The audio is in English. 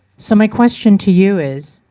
so, my question to you is,